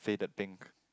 faded pink